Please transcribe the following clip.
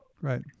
Right